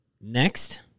next